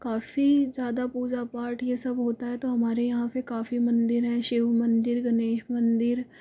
काफ़ी ज़्यादा पूजा पाठ यह सब होता है तो हमारे यहाँ पर काफ़ी मंदिर है शिव मंदिर गणेश मंदिर